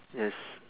yes